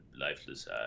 Lifeless